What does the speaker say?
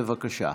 בבקשה.